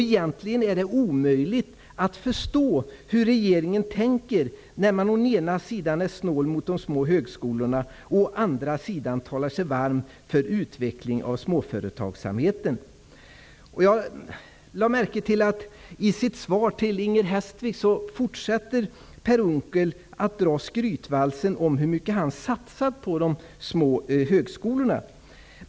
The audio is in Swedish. Egentligen är det omöjligt att förstå hur regeringen tänker när man å ena sidan är snål mot de små högskolorna, å andra sidan talar sig varm för utveckling av småföretagsamheten. I sitt svar till Inger Hestvik fortsätter Per Unckel att dra skrytvalsen om hur mycket det satsas på de små högskolorna.